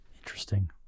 interesting